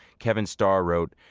kevin starr wrote,